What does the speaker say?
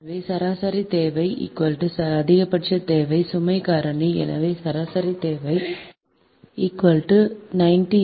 எனவே சராசரி தேவை அதிகபட்ச தேவை சுமை காரணி எனவே சராசரி தேவை 90 0